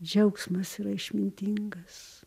džiaugsmas yra išmintingas